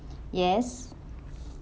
yes